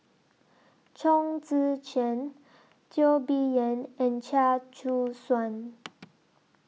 Chong Tze Chien Teo Bee Yen and Chia Choo Suan